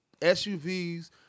SUVs